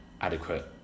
adequate